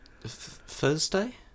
Thursday